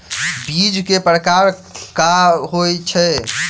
बीज केँ प्रकार कऽ होइ छै?